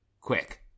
Quick